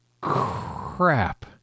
crap